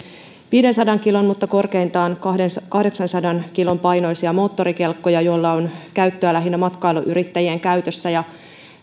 viidensadan kilon mutta korkeintaan kahdeksansadan kilon painoisia moottorikelkkoja joilla on käyttöä lähinnä matkailuyrittäjien käytössä